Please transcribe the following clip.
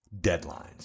deadlines